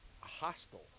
Hostile